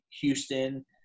Houston